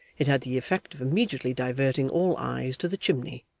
it had the effect of immediately diverting all eyes to the chimney,